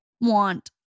want